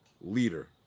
leader